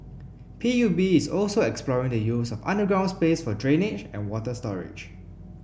P U B is also exploring the use of underground space for drainage and water storage